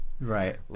Right